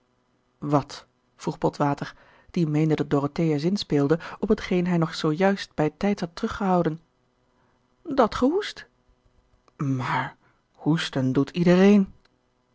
wat vroeg botwater die meende dat dorothea zinspeelde op hetgeen hij nog zoo juist bij tijds had teruggehouden gerard keller het testament van mevrouw de tonnette dat ge hoest maar hoesten doet iedereen